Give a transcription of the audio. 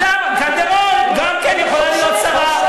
קלדרון גם כן יכולה להיות שרה.